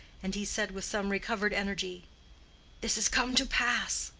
and he said with some recovered energy this is come to pass,